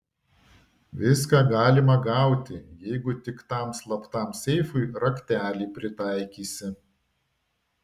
viską galima gauti jeigu tik tam slaptam seifui raktelį pritaikysi